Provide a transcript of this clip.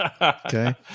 Okay